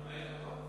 היה, היה גם היה.